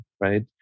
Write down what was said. right